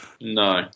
No